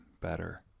better